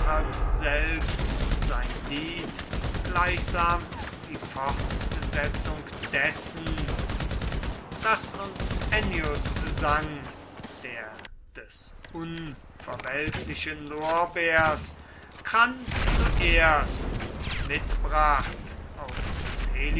selbst sein lied gleichsam die fortsetzung dessen das uns ennius sang der des unverwelklichen lorbeers kranz zuerst mitbracht aus